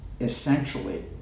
essentially